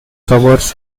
covers